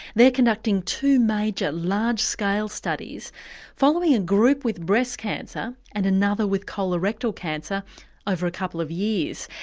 they're conducting two major, large-scale studies following a group with breast cancer and another with colorectal cancer over a couple of years.